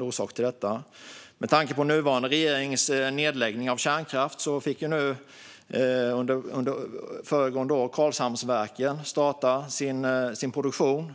På grund av nuvarande regerings nedläggning av kärnkraft fick under föregående år Karlshamnsverket starta sin produktion.